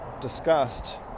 discussed